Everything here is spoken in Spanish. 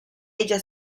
ella